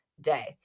day